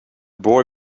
boy